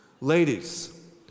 Ladies